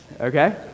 Okay